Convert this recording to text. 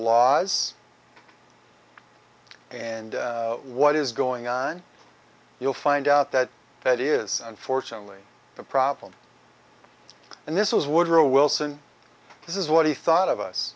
laws and what is going on you'll find out that that is unfortunately the problem and this was woodrow wilson this is what he thought of us